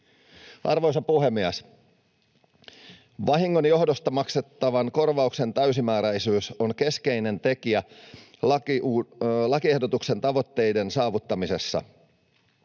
Arvoisa puhemies! Vahingon johdosta maksettavan korvauksen täysimääräisyys on keskeinen tekijä lakiehdotuksen tavoitteiden saavuttamisessa.